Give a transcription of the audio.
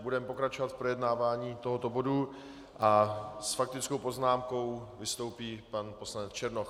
Budeme pokračovat v projednávání tohoto bodu a s faktickou poznámkou vystoupí pan poslanec Černoch.